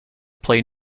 play